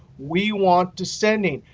we want descending.